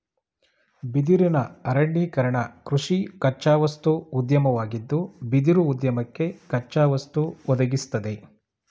ಬಿದಿರಿನ ಅರಣ್ಯೀಕರಣಕೃಷಿ ಕಚ್ಚಾವಸ್ತು ಉದ್ಯಮವಾಗಿದ್ದು ಬಿದಿರುಉದ್ಯಮಕ್ಕೆ ಕಚ್ಚಾವಸ್ತು ಒದಗಿಸ್ತದೆ